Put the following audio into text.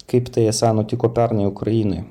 kaip tai esą nutiko pernai ukrainoj